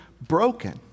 broken